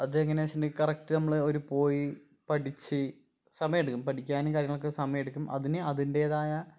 അത് എങ്ങനെയാണെന്ന് വെച്ചിട്ടുണ്ടെങ്കിൽ കറക്റ്റ് നമ്മള് ഒരു പോയി പഠിച്ച് സമയം എടുക്കും പഠിക്കാനും കാര്യങ്ങളൊക്കെ സമയം എടുക്കും അതിന് അതിൻ്റേതായ